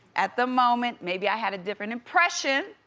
at the moment. maybe i had a different impression,